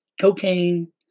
cocaine